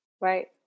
right